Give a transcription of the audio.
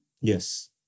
Yes